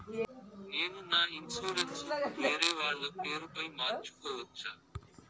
నేను నా ఇన్సూరెన్సు ను వేరేవాళ్ల పేరుపై మార్సుకోవచ్చా?